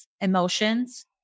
emotions